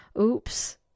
Oops